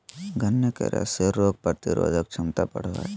गन्ने के रस से रोग प्रतिरोधक क्षमता बढ़ो हइ